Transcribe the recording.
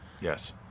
Yes